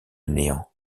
néant